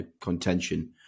contention